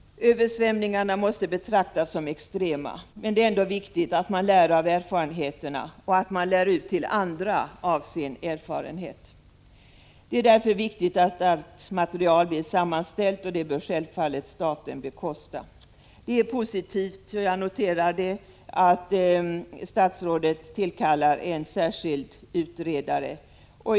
Översvämningarna måste betraktas som extrema, men det är ändå viktigt att man lär av erfarenheterna och att man lär ut till andra av dessa erfarenheter. Det är därför väsentligt att allt material blir sammanställt. Detta bör självfallet staten bekosta. Jag noterar att statsrådet tillkallat en särskild utredare, vilket är positivt.